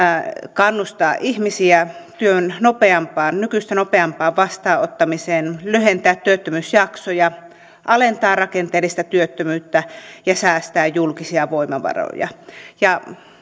kannustaa ihmisiä työn nykyistä nopeampaan vastaanottamiseen lyhentää työttömyysjaksoja alentaa rakenteellista työttömyyttä ja säästää julkisia voimavaroja